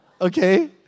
okay